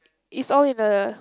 is all in the